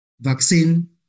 vaccine